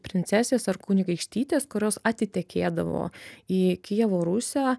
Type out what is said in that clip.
princesės ar kunigaikštytės kurios atitekėdavo į kijevo rusią